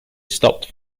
stopped